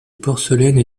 porcelaine